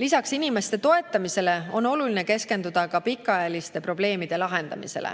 Lisaks inimeste toetamisele on oluline keskenduda ka pikaajaliste probleemide lahendamisele.